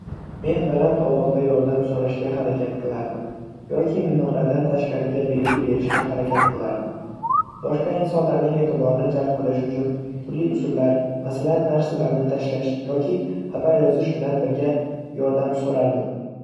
Men baland ovozda yordam so‘rashga harakat qilardim yoki minoradan tashqariga belgi berishga harakat qilardim. Boshqa insonlarning e'tiborini jalb qilish uchun turli usullar, masalan, narsalarni tashlash yoki xabar yozish bilan birga yordam so‘rardm.